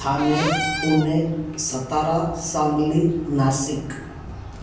Thane Pune Satara Sangli Nashik